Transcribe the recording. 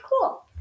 cool